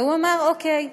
והוא אמר: אוקיי,